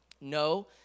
No